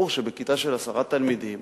ברור שבכיתה של עשרה תלמידים